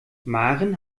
maren